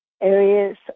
areas